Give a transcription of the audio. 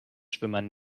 schwimmern